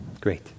Great